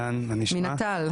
עורך דין אופיר פלג מנט"ל.